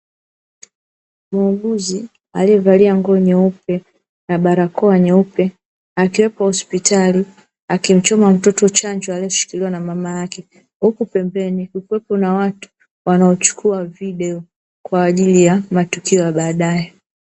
Muuguzi aliyevalia nguo nyeupe na barakoa nyeupe, akiwepo hospitali akimchoma mtoto chanjo alishikiliwa na mama yake. Huku pembeni kukiwepo na watu wanaochukua video kwa ajili ya matukio ya baadaye.